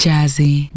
Jazzy